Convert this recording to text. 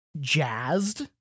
jazzed